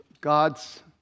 God's